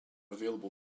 available